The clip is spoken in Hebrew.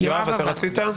יואב, אתה רצית?